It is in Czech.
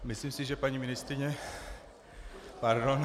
Myslím si, že paní ministryně... pardon...